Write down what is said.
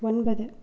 ஒன்பது